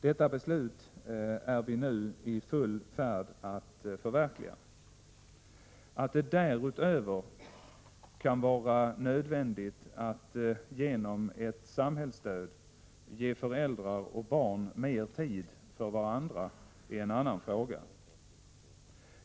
Detta beslut är vi nu i full färd att förverkliga. Att det därutöver kan vara nödvändigt att genom ett samhällsstöd ge föräldrar och barn mer tid för varandra är en annan fråga.